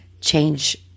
change